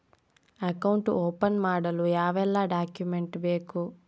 Account open ಮಾಡಲು ಯಾವೆಲ್ಲ document ಬೇಕು?